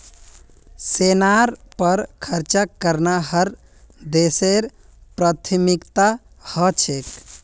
सेनार पर खर्च करना हर देशेर प्राथमिकता ह छेक